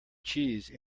cheese